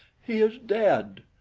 he is dead.